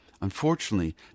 Unfortunately